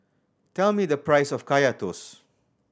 tell me the price of Kaya Toast